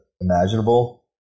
imaginable